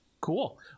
Cool